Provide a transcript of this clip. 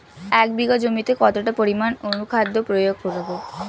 এক বিঘা জমিতে কতটা পরিমাণ অনুখাদ্য প্রয়োগ করব?